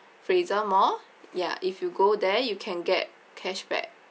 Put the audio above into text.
fraser mall ya if you go there you can get cashback